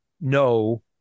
no